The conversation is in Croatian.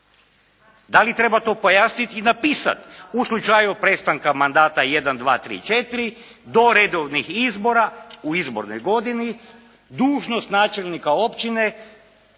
Da li treba to pojasniti i napisat, u slučaju prestanka mandata jedan, dva, tri, četiri do redovnih izbora u izbornoj godini dužnost načelnika općine,